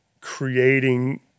creating